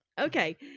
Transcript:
okay